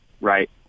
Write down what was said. right